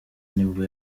nibwo